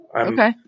Okay